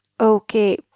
Okay